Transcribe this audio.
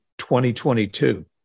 2022